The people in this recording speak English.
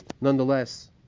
Nonetheless